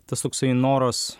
tas toksai noras